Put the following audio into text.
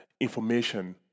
information